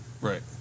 right